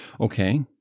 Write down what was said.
Okay